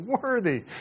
worthy